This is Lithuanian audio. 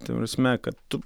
ta prasme kad tu